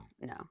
no